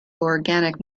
organic